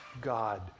God